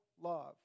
love